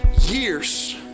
years